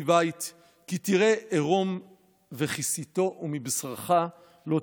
בית כי תביא ערם וכסיתו ומבשרך לא תתעלם".